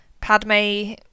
Padme